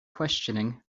questioning